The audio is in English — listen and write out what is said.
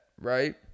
right